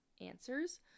answers